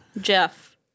Jeff